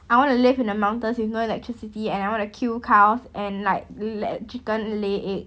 I want to live in the mountains with no electricity and I want to kill cows and like let chicken lay egg